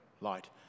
light